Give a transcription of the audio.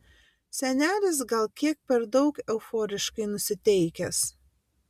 senelis gal kiek per daug euforiškai nusiteikęs